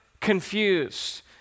confused